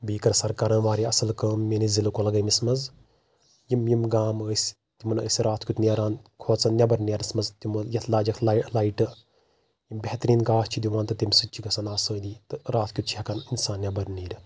بیٚیہِ کٔر سرکارن واریاہ اصل کأم میٛأنِس ضلعہٕ کۄلگأمِس منٛز یِم یِم گام أسۍ تِمن أسۍ راتھ کیُتھ نیران کھوژان نیٚبر نیرنس تِمن یتھ لاجٮ۪کھ لایٹہٕ بہتریٖن گاش چھ دِوان تہٕ تمہِ سۭتۍ چھ گژھان آسأنی تہٕ راتھ کیُتھ چھ ہٮ۪کان اِنسان نیٚبر نیٖرِتھ